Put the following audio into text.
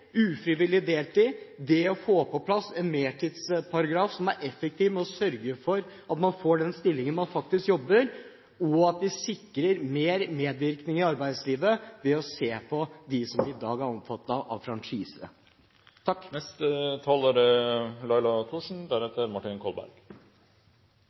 ufrivillig deltid, det å få på plass en mertidsparagraf som er effektiv ved å sørge for at man får den stillingsprosenten man faktisk jobber, og at vi sikrer mer medvirkning i arbeidslivet for dem som i dag er omfattet av